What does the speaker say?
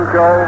go